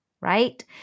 right